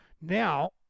now